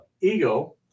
ego